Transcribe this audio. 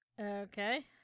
Okay